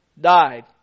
died